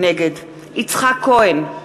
נגד יצחק כהן,